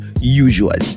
usually